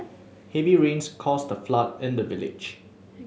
heavy rains caused a flood in the village